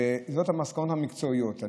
ואלה המסקנות המקצועיות.